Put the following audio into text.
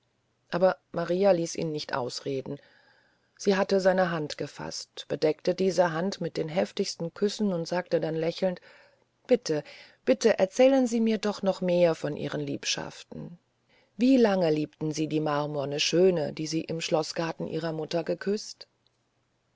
aber maria ließ ihn nicht ausreden sie hatte seine hand erfaßt bedeckte diese hand mit den heftigsten küssen und sagte dann lächelnd bitte bitte erzählen sie mir noch mehr von ihren liebschaften wie lange liebten sie die marmorne schöne die sie im schloßgarten ihrer mutter geküßt